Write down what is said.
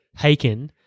Haken